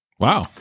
Wow